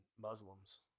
Muslims